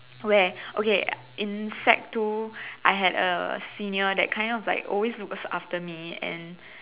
where okay in sec two I had a senior that kind of like always look after me and